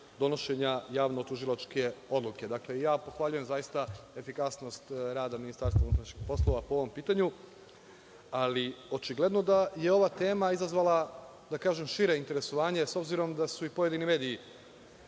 donošenja javno-tužilačke odluke. Dakle, ja pohvaljujem zaista efikasnost rada Ministarstva unutrašnjih poslova po ovom pitanju, ali očigledno da je ova tema izazvala šire interesovanje, s obzirom da su i pojedini mediji